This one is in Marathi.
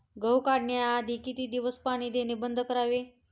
गहू काढण्याआधी किती दिवस पाणी देणे बंद करावे?